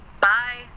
Bye